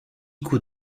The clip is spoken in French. coups